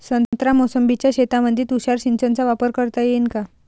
संत्रा मोसंबीच्या शेतामंदी तुषार सिंचनचा वापर करता येईन का?